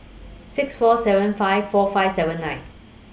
six four seven five four five seven nine